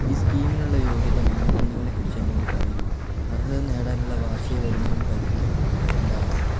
ഈ സ്കീമിനുള്ള യോഗ്യതാ മാനദണ്ഡങ്ങളെക്കുറിച്ച് എന്നോട് പറയൂ അർഹത നേടാനുള്ള വാർഷിക വരുമാന പരിധി എന്താണ്